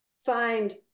find